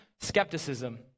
skepticism